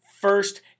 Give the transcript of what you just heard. First